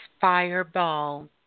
fireball